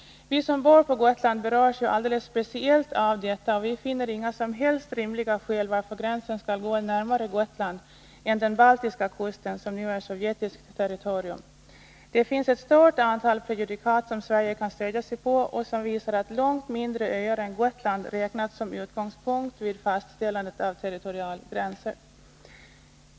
Vi som bor på Gotland Tisdagen den berörs alldeles speciellt av detta, och vi finner inga som helst rimliga skäl till 2 februari 1982 att gränsen skall gå närmare Gotland än den baltiska kusten, som är sovjetiskt territorium. Det finns ett stort antal prejudikat som Sverige kan stödja sig på, och som visar att långt mindre öar än Gotland räknats som utgångspunkt vid fastställandet av territorialgränser.